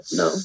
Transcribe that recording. no